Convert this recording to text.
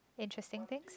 interesting things